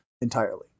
entirely